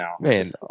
Man